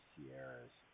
Sierras